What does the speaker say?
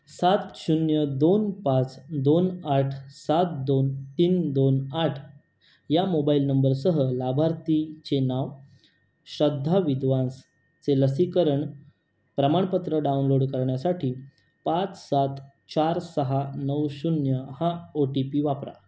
सात शून्य दोन पाच दोन आठ सात दोन तीन दोन आठ या मोबाईल नंबरसह लाभार्थीचे नाव श्रद्धा विद्वांसचे लसीकरण प्रमाणपत्र डाउनलोड करण्यासाठी पाच सात चार सहा नऊ शून्य हा ओ टी पी वापरा